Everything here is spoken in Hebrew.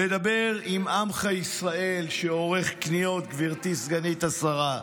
לדבר עם עמך ישראל שעורך קניות, גברתי סגנית השרה.